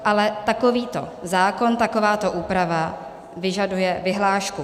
Ale takovýto zákon, takováto úprava vyžaduje vyhlášku.